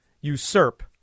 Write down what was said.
usurp